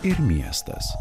ir miestas